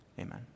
Amen